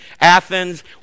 Athens